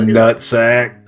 nutsack